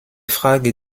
frage